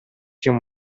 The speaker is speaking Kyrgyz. ким